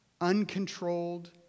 Uncontrolled